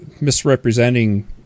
misrepresenting